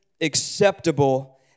acceptable